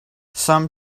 some